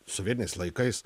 sovietiniais laikais